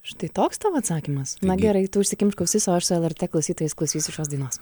štai toks tavo atsakymas na gerai tu užsikimšk ausis o aš su lrt klausytojais klausysiu šios dainos